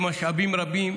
משאבים רבים,